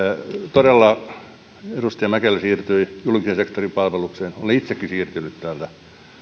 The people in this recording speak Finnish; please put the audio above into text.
todella edustaja mäkelä siirtyi julkisen sektorin palvelukseen olen itsekin siirtynyt täältä